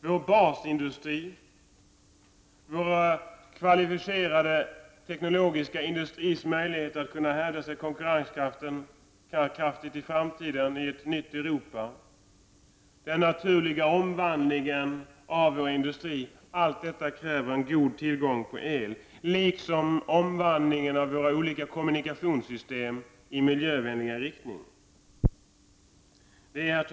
Vår basindustri, vår kvalificerade teknologiska industris möjligheter att bärkraftigt kunna hävda sig konkurrenskraftigt i framtiden i ett nytt Europa och den naturliga omvandlingen av vår industri kräver en god tillgång på el liksom omvandlingen av våra olika kommunikationssystem i miljövänligare riktning. Herr talman!